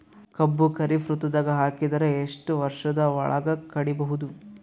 ಕಬ್ಬು ಖರೀಫ್ ಋತುದಾಗ ಹಾಕಿದರ ಎಷ್ಟ ವರ್ಷದ ಒಳಗ ಕಡಿಬಹುದು?